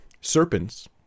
serpents